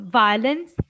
violence